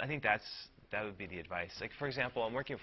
i think that's that would be the advice like for example work if